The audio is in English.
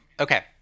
Okay